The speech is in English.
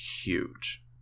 huge